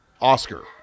Oscar